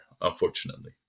unfortunately